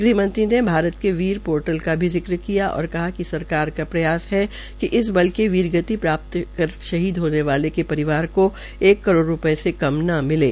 गृहमंत्री ने भारत के वीर पोर्टल का भी जिक्र किया और कहा कि सरकार का प्रयास है कि इस बल के वीर गति प्राप्त कर शहीद होने वाले परिवार को एक करोड़ रूपये से कम न मिले